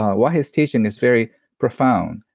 ah wahei's teaching is very profound,